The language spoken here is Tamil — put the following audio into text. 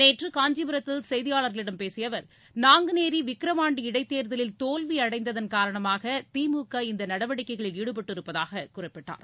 நேற்று காஞ்சிபுரத்தில் செய்தியாளர்களிடம் பேசிய அவர் நாங்குனேரி விக்கிரவாண்டி இடைத்தேர்தலில் தோல்வி அடைந்ததன் காரணமாக திமுக இந்த நடவடிக்கைகளில் ஈடுபட்டிருப்பதாக குறிப்பிட்டார்